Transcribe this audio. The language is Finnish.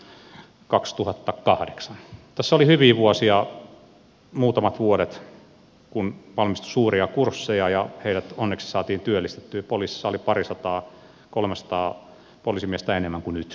tässä oli hyviä vuosia muutamat vuodet kun valmistui suuria kursseja ja heidät onneksi saatiin työllistettyä poliisissa oli parisataa kolmesataa poliisimiestä enemmän kuin nyt